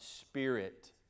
Spirit